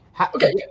Okay